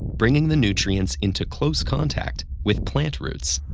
bringing the nutrients into close contact with plant roots.